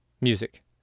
Music